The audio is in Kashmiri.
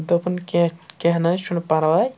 دوٚپُن کینٛہہ کیٚنٛہہ نہٕ حظ چھُنہٕ پَرواے